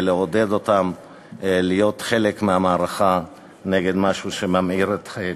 ולעודד אותם להיות חלק מהמערכה נגד משהו שממאיר את חיינו.